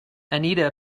anita